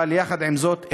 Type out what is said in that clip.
אבל יחד עם זאת,